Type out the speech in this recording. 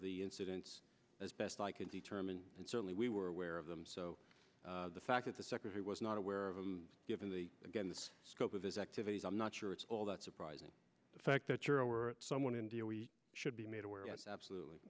the incidents as best i can determine and certainly we were aware of them so the fact that the secretary was not aware of it given the again the scope of his activities i'm not sure it's all that surprising the fact that you're aware someone in deal we should be made aware absolutely